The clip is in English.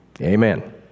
Amen